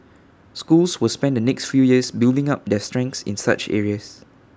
schools will spend the next few years building up their strengths in such areas